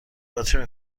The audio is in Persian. باطری